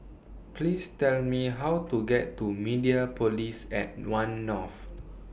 Please Tell Me How to get to Mediapolis At one North